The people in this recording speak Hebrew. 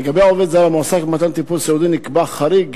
לגבי עובד זר המועסק במתן טיפול סיעודי נקבע חריג